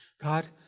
God